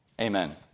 Amen